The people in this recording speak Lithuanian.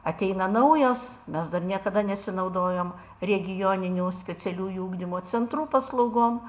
ateina naujos mes dar niekada nesinaudojom regioninių specialiųjų ugdymo centrų paslaugom